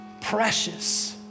precious